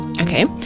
Okay